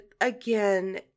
Again